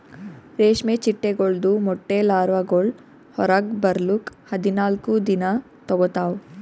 ರೇಷ್ಮೆ ಚಿಟ್ಟೆಗೊಳ್ದು ಮೊಟ್ಟೆ ಲಾರ್ವಾಗೊಳ್ ಹೊರಗ್ ಬರ್ಲುಕ್ ಹದಿನಾಲ್ಕು ದಿನ ತೋಗೋತಾವ್